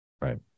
Right